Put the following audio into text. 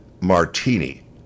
martini